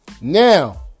Now